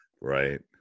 Right